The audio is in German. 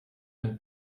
ein